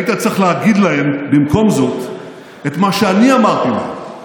היית צריך להגיד להם במקום זאת את מה שאני אמרתי להם,